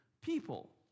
people